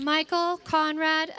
michael conrad